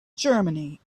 germany